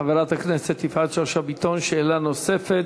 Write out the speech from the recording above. חברת הכנסת יפעת שאשא ביטון, שאלה נוספת.